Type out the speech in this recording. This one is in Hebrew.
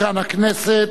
הכנסת,